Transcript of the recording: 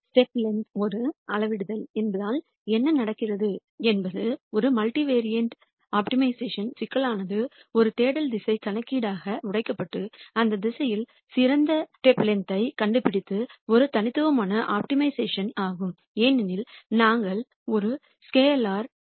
step length ஒரு அளவிடுதல் என்பதால் என்ன நடக்கிறது என்பது ஒரு மல்டிவேரியேட் ஆப்டிமைசேஷன் சிக்கலானது ஒரு தேடல் திசை கணக்கீடாக உடைக்கப்பட்டு அந்த திசையில் சிறந்த படி நீளத்தைக் கண்டுபிடிப்பது ஒரு தனித்துவமான ஆப்டிமைசேஷன் ஆகும் ஏனெனில் நாங்கள் ஒரு ஸ்கேலார் αவை தேடுகிறோம்